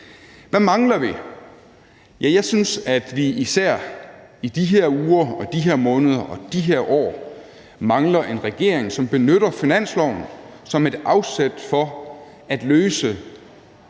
Hvad mangler vi? Jeg synes, at vi især i de her uger og de her måneder og de her år mangler en regering, som benytter finansloven som et afsæt for at løse